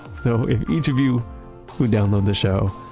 so if each of you who download the show,